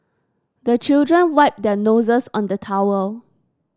the children wipe their noses on the towel